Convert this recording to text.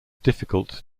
difficult